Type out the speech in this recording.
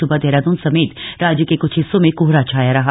सुबह देहरादून समेत राज्य के क्छ हिस्सों में कोहरा छाया रहा